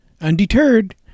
Undeterred